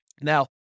Now